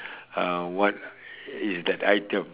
uh what is that item